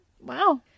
Wow